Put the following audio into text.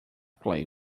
play